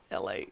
LA